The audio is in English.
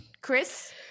Chris